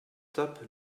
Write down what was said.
tape